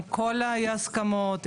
עם כל האי הסכמות,